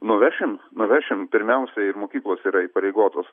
nuvešim nuvešim pirmiausia ir mokyklos yra įpareigotos